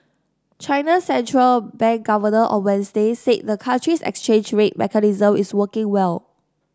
China's central bank governor on Wednesday said the country's exchange rate mechanism is working well